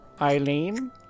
Eileen